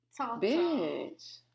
bitch